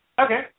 Okay